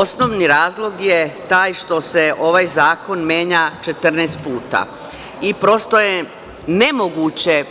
Osnovni razlog je taj što se ovaj zakona menja 14 puta i prosto je nemoguće